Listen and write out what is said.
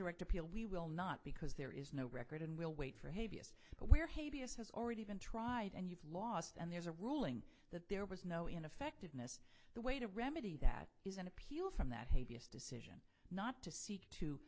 direct appeal we will not because there is no record and we'll wait for hay vs where haiti is has already been tried and you've lost and there's a ruling that there was no ineffectiveness the way to remedy that is an appeal from that hey vs decision not to seek to